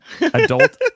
Adult